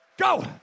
Go